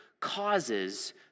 causes